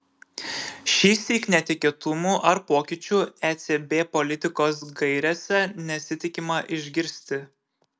šįsyk netikėtumų ar pokyčių ecb politikos gairėse nesitikima išgirsti